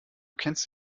kennst